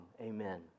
Amen